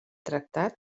tractat